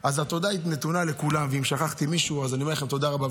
אדוני היושב-ראש,